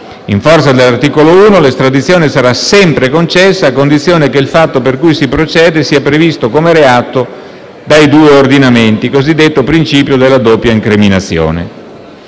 In forza dell'articolo 2, comma 1, l'estradizione sarà sempre concessa a condizione che il fatto per cui si procede sia previsto come reato dai due ordinamenti (cosiddetto principio della doppia incriminazione).